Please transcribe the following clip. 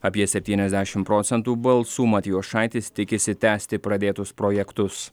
apie septyniasdešimt procentų balsų matijošaitis tikisi tęsti pradėtus projektus